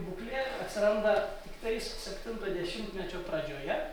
būklė atsiranda tiktais septinto dešimtmečio pradžioje